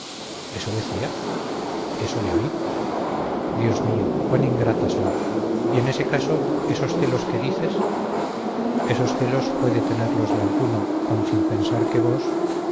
eso decía eso le oí dios mío cuán ingrata soy y en ese caso esos celos que dices esos celos puede tenerlos de alguno aun sin pensar que vos